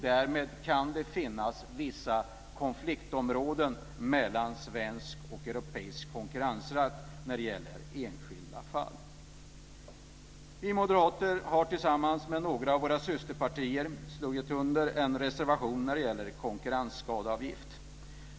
Därmed kan det finnas vissa konfliktområden mellan svensk och europeisk konkurrensrätt i enskilda fall. Vi moderater har tillsammans med några av våra systerpartier skrivit under en reservation när det gäller konkurrensskadeavgift.